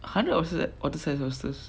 hundred otter size otter size horses